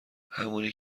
همونی